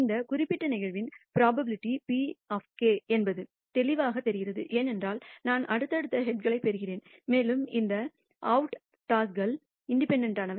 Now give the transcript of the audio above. இந்த குறிப்பிட்ட நிகழ்வின் புரோபாபிலிடி pk என்பது தெளிவாகத் தெரிகிறது ஏனென்றால் நான் அடுத்தடுத்த ஹெட்களைப் பெறுகிறேன் மேலும் இந்த அவுட் டாஸ்கள் இண்டிபெண்டெண்ட்டானவை